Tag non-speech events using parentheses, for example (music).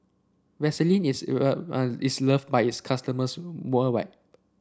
Vaselin is (unintelligible) is loved by its customers worldwide